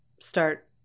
start